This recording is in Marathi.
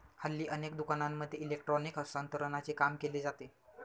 हल्ली अनेक दुकानांमध्ये इलेक्ट्रॉनिक हस्तांतरणाचे काम केले जाते